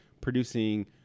producing